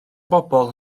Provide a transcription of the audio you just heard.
bobl